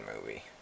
movie